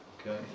Okay